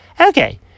Okay